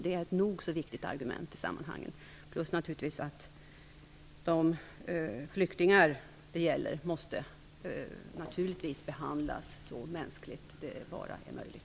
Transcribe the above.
Detta är ett nog så viktigt argument i sammanhanget plus att de flyktingar som det gäller naturligtvis måste behandlas så mänskligt som det bara är möjligt.